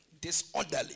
disorderly